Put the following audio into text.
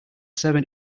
seven